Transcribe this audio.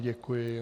Děkuji.